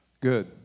Good